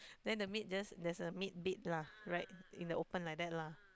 then the maid just there's a maid bed lah right in the open like that lah